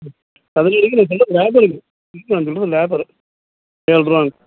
ம் சதுர அடிக்குன்னு நான் சொல்வது லேபருக்குங்க இல்லை நான் சொல்வது லேபரு ஏழு ரூபாங்க